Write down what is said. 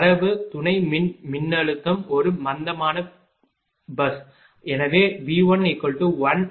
தரவு துணை மின் மின்னழுத்தம் ஒரு மந்தமான பேருந்து